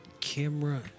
camera